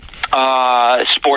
Sports